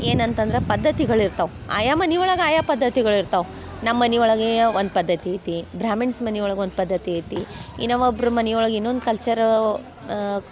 ಏನು ಅಂತಂದ್ರೆ ಪದ್ಧತಿಗಳಿರ್ತವೆ ಆಯಾ ಮನೆ ಒಳಗೆ ಆಯಾ ಪದ್ದತಿಗಳಿರ್ತವೆ ನಮ್ಮ ಮನೆ ಒಳಗೆ ಪದ್ಧತಿ ಐತಿ ಭ್ರಾಮ್ಹಿಣ್ಸ್ ಮನೆ ಒಳಗೆ ಒಂದು ಪದ್ಧತಿ ಐತಿ ಇನ್ನು ಒಬ್ರ ಮನೆ ಒಳಗೆ ಇನ್ನೊಂದು ಕಲ್ಚರು